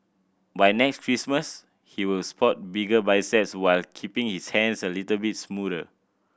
by next Christmas he will spot bigger biceps while keeping his hands a little bit smoother